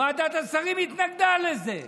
ועדת השרים התנגדה לזה.